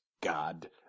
God